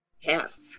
Yes